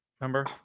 Remember